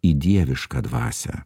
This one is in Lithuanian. į dievišką dvasią